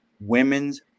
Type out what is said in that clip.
Women's